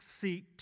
seat